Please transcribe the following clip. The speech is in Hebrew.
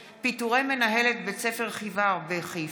אחמד טיבי בנושא: פיטורי מנהלת בית ספר חיוואר בחיפה.